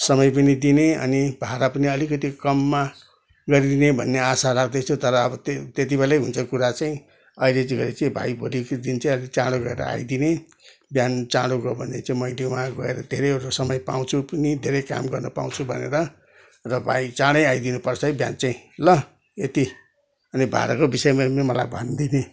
समय पनि दिने अनि भाडा पनि अलिकति कममा गरिदिने भन्ने आशा राख्दैछु तर अब त्यही त्यति बेलै हुन्छ कुरा चाहिँ अहिलेतिर चाहिँ भाइको भोलिको दिन चाहिँ अलिकति चाँडो गरेर आइदिने बिहान चाँडो गयो भनेदेखि चाहिँ मैले वहाँ गएर धेरैवटा समय पाउँछु पनि धेरै काम गर्नपाउँछु भनेर र भाइ चाँडै आइदिनुपर्छ है बिहान चाहिँ ल यति अनि भाडाको विषयमा पनि मलाई भनिदिने